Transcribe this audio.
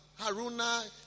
Haruna